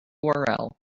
url